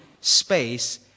space